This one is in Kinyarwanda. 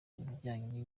ibijyanye